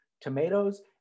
Tomatoes